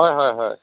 হয় হয় হয়